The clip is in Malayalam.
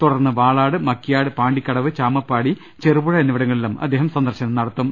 തുടർന്ന് വാളാ ട് മക്കിയാട് പാണ്ടിക്കടവ് ചാമപ്പാടി ചെറുപുഴ എന്നിവിടങ്ങളിലും അദ്ദേഹം സന്ദർശനം നടത്തും